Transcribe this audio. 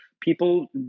people